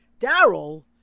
Daryl